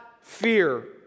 fear